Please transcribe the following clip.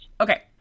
Okay